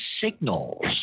signals